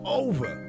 over